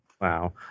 Wow